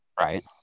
right